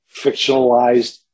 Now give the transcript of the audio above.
fictionalized